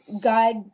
God